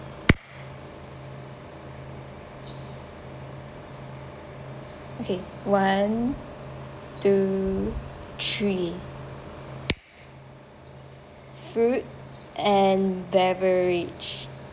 okay one two three food and beverage